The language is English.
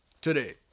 today